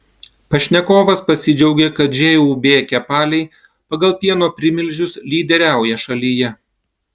pašnekovas pasidžiaugė kad žūb kepaliai pagal pieno primilžius lyderiauja šalyje